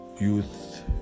youth